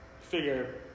figure